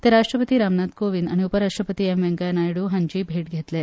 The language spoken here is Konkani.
ते राष्ट्रपती रामनाथ कोविंद आनी उपरराष्ट्रपती एम व्यंकय्या नायडू हांचीय भेट घेतले